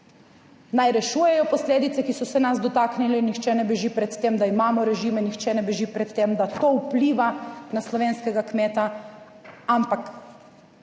Naj rešujejo posledice, ki so se nas dotaknili. Nihče ne beži pred tem, da imamo režime, nihče ne beži pred tem, da to vpliva na slovenskega kmeta, ampak